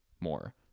more